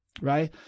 Right